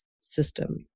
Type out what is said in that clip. system